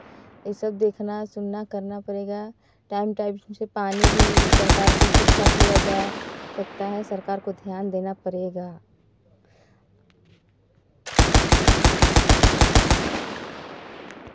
यह सब देखना सुनना करना पड़ेगा टाइम टाइम से पानी भी सरकार को सुवधा किया जाए सकता है सरकार को ध्यान देना पड़ेगा